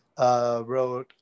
Wrote